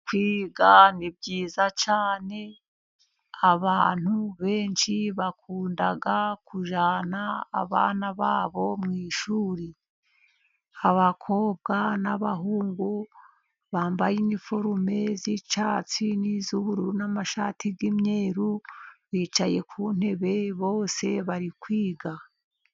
Kwiga ni byiza cyane, abantu benshi bakunda kujyana abana babo mu ishuri , abakobwa n'abahungu bambaye iniforume z'icyatsi n'iz'ubururu n'amashati y'imyeru, bicaye ku ntebe bose bari kwiga.